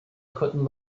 couldn’t